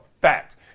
fact